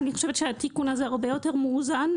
אני חושבת שהוא הרבה יותר מאוזן,